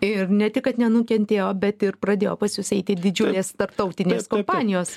ir ne tik kad nenukentėjo bet ir pradėjo pas jus eiti didžiulės tarptautinės kompanijos